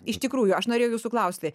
iš tikrųjų aš norėjau jūsų klausti